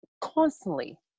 constantly